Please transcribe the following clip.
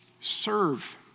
Serve